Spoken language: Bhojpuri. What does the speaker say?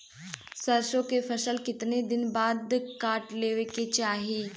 सरसो के फसल कितना दिन के बाद काट लेवे के चाही?